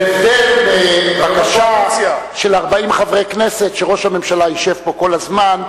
בהבדל מבקשה של 40 חברי כנסת שראש הממשלה ישב פה כל הזמן,